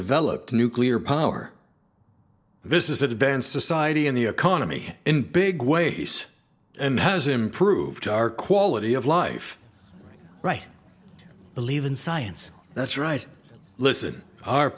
developed nuclear power this is advanced society in the economy in big ways and has improved our quality of life right believe in science that's right listen our